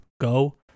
go